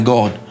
God